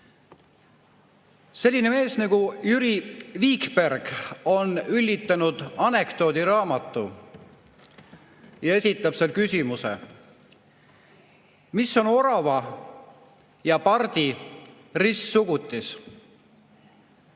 Selline mees nagu Jüri Viikberg on üllitanud anekdoodiraamatu ja esitab seal küsimuse, mis on orava ja pardi ristsugutis.